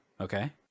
Okay